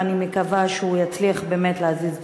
ואני מקווה שהוא יצליח באמת להזיז דברים,